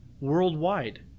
worldwide